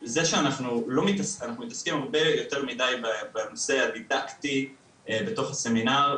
שאנחנו מתעסקים הרבה יותר מידיי בנושא הדידקטי בתוך הסמינר,